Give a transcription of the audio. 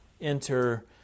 enter